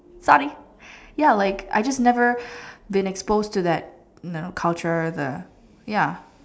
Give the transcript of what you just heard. sorry ya like I just never been exposed to that you know culture the ya